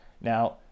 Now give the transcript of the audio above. Now